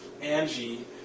Angie